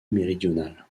méridionale